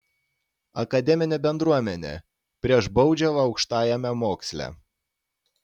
akademinė bendruomenė prieš baudžiavą aukštajame moksle